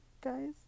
guys